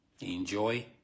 Enjoy